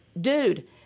dude